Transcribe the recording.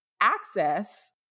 access